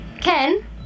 Ken